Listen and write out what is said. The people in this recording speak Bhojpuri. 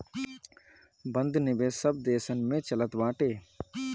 बंध निवेश सब देसन में चलत बाटे